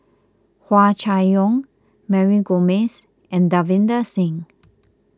Hua Chai Yong Mary Gomes and Davinder Singh